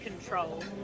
control